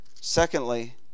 Secondly